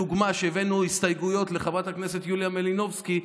כולל לדוגמה כשהבאנו הסתייגויות לחברת הכנסת יוליה מלינובסקי,